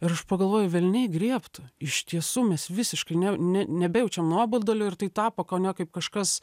ir aš pagalvoju velniai griebtų iš tiesų mes visiškai ne ne nebejaučiam nuobodulio ir tai tapo kone kaip kažkas